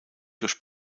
durch